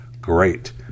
Great